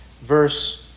verse